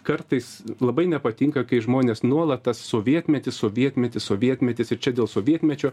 kartais labai nepatinka kai žmonės nuolat tas sovietmetis sovietmetis sovietmetis ir čia dėl sovietmečio